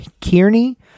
Kearney